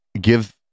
give